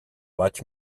vaig